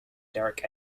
derrick